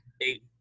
Eight